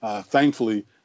Thankfully